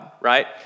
right